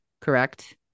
correct